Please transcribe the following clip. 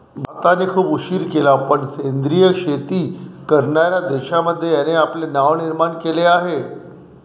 भारताने खूप उशीर केला पण सेंद्रिय शेती करणार्या देशांमध्ये याने आपले नाव निर्माण केले आहे